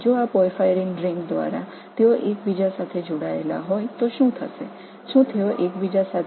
இந்த பார்பைரின் வளையத்தின் மூலம் அவை ஒன்றுக்கொன்று இணைக்கப்பட்டிருந்தால் என்ன செய்வது